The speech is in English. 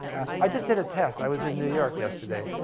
i just did a test. i was in new york yesterday.